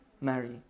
marry